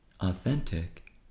Authentic